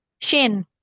Shin